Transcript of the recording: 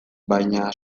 baina